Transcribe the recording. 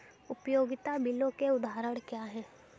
उपयोगिता बिलों के उदाहरण क्या हैं?